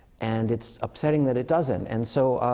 and it's upsetting that it doesn't. and so,